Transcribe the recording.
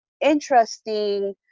interesting